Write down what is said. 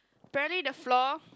apparently the floor